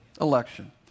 election